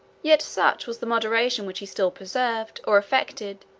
yet such was the moderation which he still preserved, or affected,